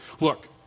look